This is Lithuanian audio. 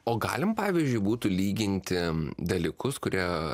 o galim pavyzdžiui būtų lyginti dalykus kurie